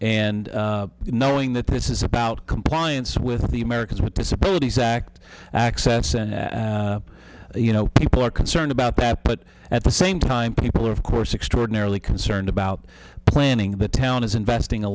and knowing that this is about compliance with the americans with disabilities act access and you know people are concerned about that but at the same time people are of course extraordinarily concerned about planning the town is investing a